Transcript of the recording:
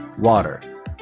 Water